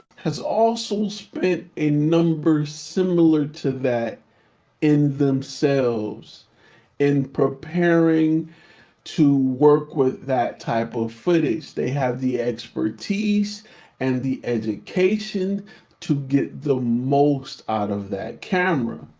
has also spent a numbers similar to that in themselves in preparing to work with that type of footage. they have the expertise and the education to get the most out of that camera.